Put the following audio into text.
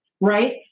right